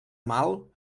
mal